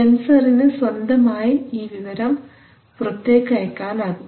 സെൻസറിന് സ്വന്തമായി ഈ വിവരം പുറത്തേക്ക് അയയ്ക്കാനാകും